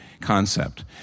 concept